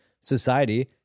society